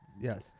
Yes